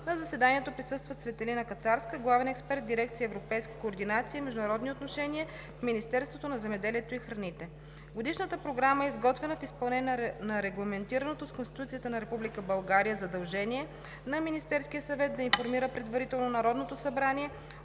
На заседанието присъства Цветелина Кацарска – главен експерт в дирекция „Европейска координация и международни отношения“ в Министерството на земеделието и храните. Годишната програма е изготвена в изпълнение на регламентираното с Конституцията на Република България задължение на Министерския съвет да информира предварително Народното събрание